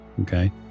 okay